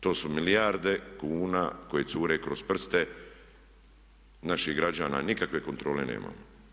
To su milijarde kuna koje cure kroz prste naših građana, nikakve kontrole nema.